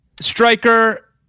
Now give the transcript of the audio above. striker